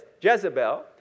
Jezebel